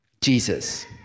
Jesus